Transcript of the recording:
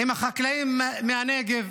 עם החקלאים מהנגב